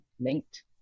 linked